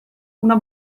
una